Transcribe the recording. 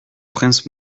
princes